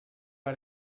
got